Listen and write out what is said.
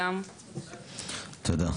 תודה.